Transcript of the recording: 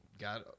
Got